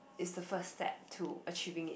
it's a first step to achieving it